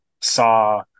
saw